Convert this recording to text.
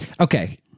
Okay